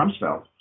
Rumsfeld